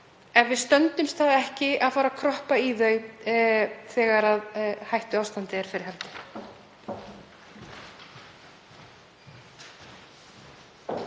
ef við stöndumst ekki að fara að kroppa í þau þegar hættuástand er fyrir hendi.